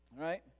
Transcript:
Right